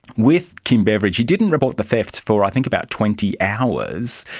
with kim beveridge, he didn't report the theft for i think about twenty hours.